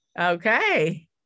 Okay